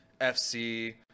FC